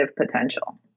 potential